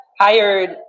hired